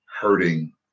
hurting